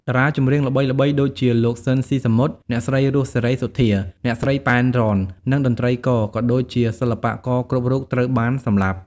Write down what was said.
តារាចម្រៀងល្បីៗដូចជា លោក ស៊ីន ស៊ីសាមុត អ្នកស្រី រស់ សេរីសុទ្ធា អ្នកស្រី ប៉ែន រ៉ន និងតន្ត្រីករ ក៏ដូចជាសិល្បករគ្រប់រូបត្រូវបានសម្លាប់។